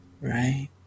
right